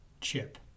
chip